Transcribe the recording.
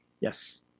Yes